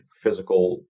physical